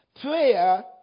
Prayer